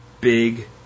big